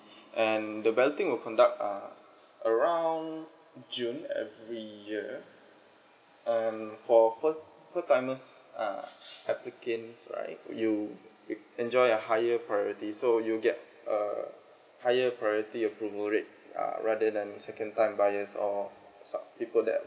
and the balloting will conduct uh around june every year and for first first timers uh applicants right you will enjoy a higher priority so you get a higher priority approval rate uh rather than second time buyers or some people that